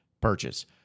purchase